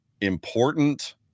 important